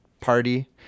party